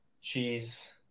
Cheese